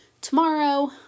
tomorrow